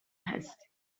هستی